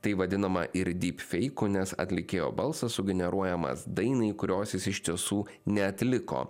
tai vadinama ir dyp feiku nes atlikėjo balsas sugeneruojamas dainai kurios jis iš tiesų neatliko